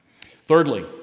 Thirdly